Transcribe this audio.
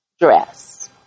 dress